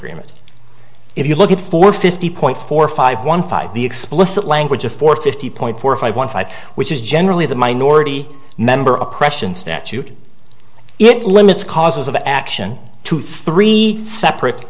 agreement if you look at four fifty point four five one five the explicit language of four fifty point four five one five which is generally the minority member oppression statute it limits causes of action to three separate